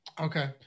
Okay